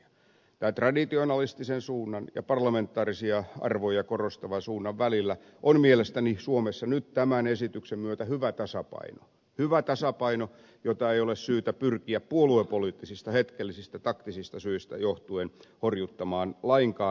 tämän traditionalistisen suunnan ja parlamentaarisia arvoja korostavan suunnan välillä on mielestäni suomessa nyt tämän esityksen myötä hyvä tasapaino hyvä tasapaino jota ei ole syytä pyrkiä puoluepoliittisista hetkellisistä taktisista syistä johtuen horjuttamaan lainkaan